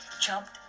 jumped